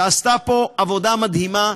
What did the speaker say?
שעשתה פה עבודה מדהימה.